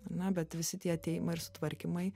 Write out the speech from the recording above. na bet visi tie atėjimai ir sutvarkymai